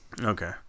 Okay